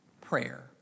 prayer